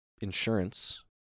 insurance